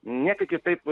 niekaip kitaip